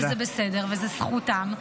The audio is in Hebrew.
וזה בסדר וזו זכותם.